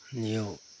नियो